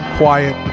quiet